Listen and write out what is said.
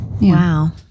wow